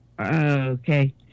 Okay